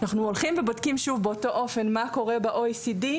אנחנו בודקים באותו אופן מה קורה ב-OECD.